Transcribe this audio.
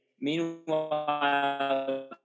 Meanwhile